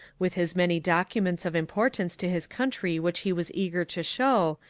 with his many documents of importance to his country which he was eager to show,